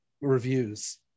reviews